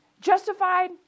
Justified